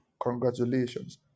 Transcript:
Congratulations